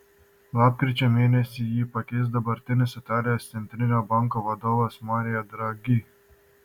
lapkričio mėnesį jį pakeis dabartinis italijos centrinio banko vadovas mario draghi